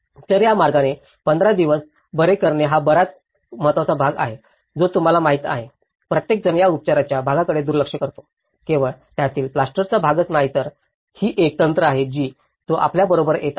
तर त्या मार्गाने 15 दिवस बरे करणे हा बराच महत्त्वाचा भाग आहे जो तुम्हाला माहित आहे प्रत्येकजण या उपचाराच्या भागाकडे दुर्लक्ष करतो केवळ त्यातील प्लास्टरचा भागच नाही तर ही काही तंत्र आहेत जी तो आपल्याबरोबर येत आहे